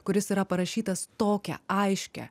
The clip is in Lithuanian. kuris yra parašytas tokia aiškia